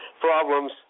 problems